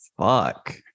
fuck